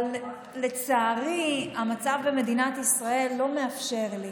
אבל לצערי המצב במדינת ישראל לא מאפשר לי.